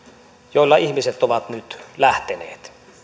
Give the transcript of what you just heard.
joilta ihmiset ovat nyt lähteneet